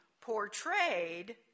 portrayed